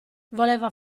voleva